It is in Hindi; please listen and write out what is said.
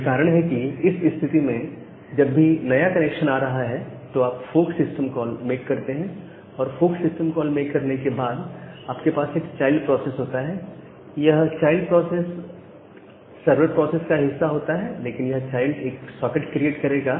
यही कारण है कि इस स्थिति में जब भी नया कनेक्शन आ रहा है तो आप फोर्क सिस्टम कॉल मेक करते हैं और फोर्क सिस्टम कॉल मेक करने के बाद आपके पास एक चाइल्ड प्रोसेस होता है यह चाइल्ड प्रोसेस सर्वर प्रोसेस का हिस्सा होता है लेकिन यह चाइल्ड एक सॉकेट क्रिएट करेगा